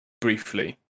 briefly